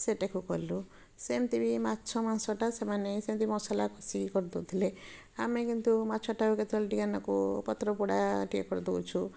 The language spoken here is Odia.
ସେଇଟାକୁ କଲୁ ସେମତି ବି ମାଛ ମାଂସଟା ସେମାନେ ସେମିତି ମସଲା କଷିକି କରି ଦେଉଥିଲେ ଆମେ କିନ୍ତୁ ମାଛଟାକୁ କେତେବେଳେ ଟିକେ ନାକୁ ପତ୍ରପୋଡ଼ା ଟିକେ କରି ଦେଉଛୁ